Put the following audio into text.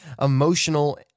emotional